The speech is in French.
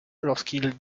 lorsqu’il